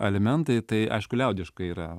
alimentai tai aišku liaudiškai yra